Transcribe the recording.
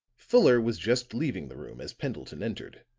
fuller was just leaving the room as pendleton entered,